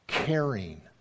caring